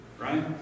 right